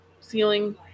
ceiling